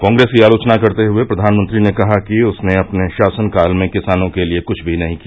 कांग्रेस की आलोचना करते हुए प्रधानमंत्री ने कहा कि उसने अपने शासनकाल में किसानों के लिए कुछ भी नहीं किया